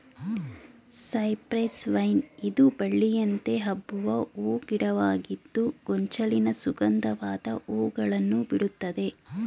cypress vine ಇದು ಬಳ್ಳಿಯಂತೆ ಹಬ್ಬುವ ಹೂ ಗಿಡವಾಗಿದ್ದು ಗೊಂಚಲಿನ ಸುಗಂಧವಾದ ಹೂಗಳನ್ನು ಬಿಡುತ್ತದೆ